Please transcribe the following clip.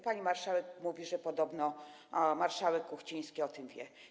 Pani marszałek mówi, że podobno marszałek Kuchciński o tym wie.